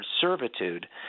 servitude